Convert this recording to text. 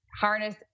harness